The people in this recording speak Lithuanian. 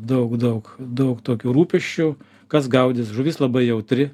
daug daug daug tokių rūpesčių kas gaudys žuvis labai jautri